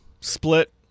split